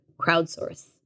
Crowdsource